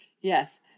Yes